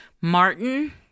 Martin